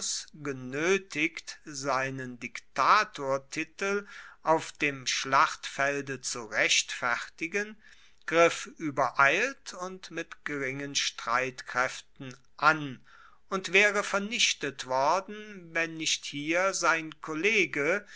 genoetigt seinen diktatortitel auf dem schlachtfelde zu rechtfertigen griff uebereilt und mit geringen streitkraeften an und waere vernichtet worden wenn nicht hier sein kollege